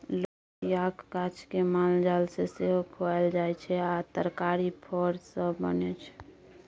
लोबियाक गाछ केँ मालजाल केँ सेहो खुआएल जाइ छै आ तरकारी फर सँ बनै छै